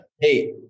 Hey